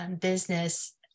business